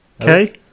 Okay